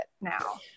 now